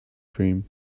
cream